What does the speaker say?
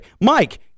Mike